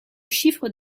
chiffre